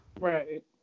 Right